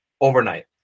overnight